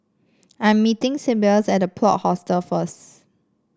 I am meeting Seamus at The Plot Hostels first